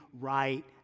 right